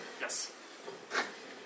yes